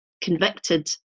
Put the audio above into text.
convicted